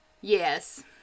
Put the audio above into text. Yes